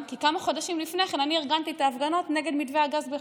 כי כמה חודשים לפני כן אני ארגנתי את ההפגנות נגד מתווה הגז בחיפה.